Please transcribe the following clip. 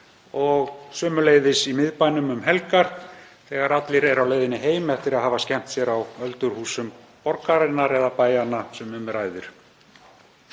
og sömuleiðis í miðbænum um helgar þegar allir eru á leiðinni heim eftir að hafa skemmt sér á öldurhúsum borgarinnar eða bæjanna sem um ræðir.